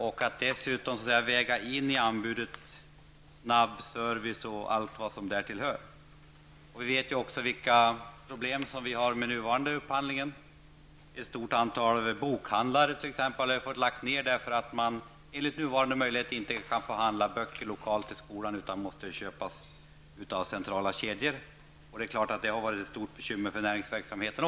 Dessutom gäller det att väga in i anbudet snabb service och allt vad som därtill hör. Vi vet också vilka problem vi har med den nuvarande upphandlingen. Ett stort antal bokhandlar har fått lägga ned därför att man enligt nuvarande ordning inte får handla böcker till skolan lokalt, utan de måste köpas från centrala kedjor. Det är klart att det har varit ett stort bekymmer även för näringsverksamheten.